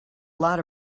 lot